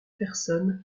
personne